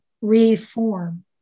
Reform